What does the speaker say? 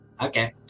Okay